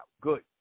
Good